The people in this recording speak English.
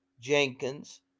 Jenkins